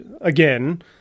again